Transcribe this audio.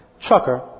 trucker